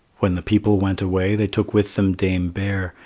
when the people went away, they took with them dame bear,